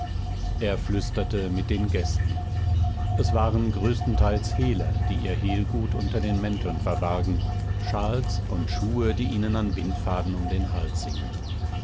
er flüsterte mit den gästen es waren größtenteils hehler die ihr hehlgut unter den mänteln verbargen schals und schuhe die ihnen an bindfaden um den hals hingen